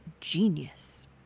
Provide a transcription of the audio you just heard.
genius